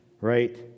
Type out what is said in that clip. Right